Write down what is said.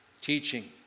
teaching